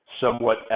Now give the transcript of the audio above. somewhat